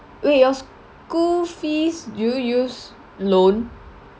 wait your school fees do you use loan